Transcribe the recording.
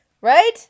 right